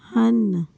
ਹਨ